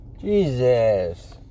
Jesus